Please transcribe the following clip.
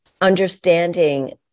understanding